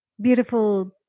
beautiful